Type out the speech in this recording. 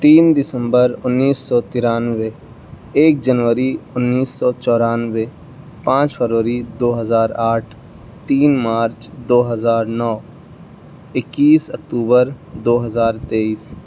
تین دسمبر انیس سو ترانوے ایک جنوری انیس سو چورانوے پانچ فروری دو ہزار آٹھ تین مارچ دو ہزار نو اکیس اکتوبر دو ہزار تیئیس